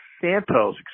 Santos